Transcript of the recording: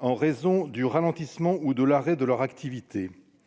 en raison du ralentissement, voire de l'arrêt de leur activité.